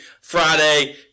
Friday